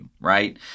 right